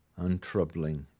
untroubling